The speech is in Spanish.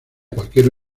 cualquier